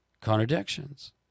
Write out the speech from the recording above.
Contradictions